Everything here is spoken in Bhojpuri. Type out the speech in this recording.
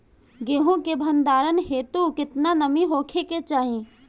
गेहूं के भंडारन हेतू कितना नमी होखे के चाहि?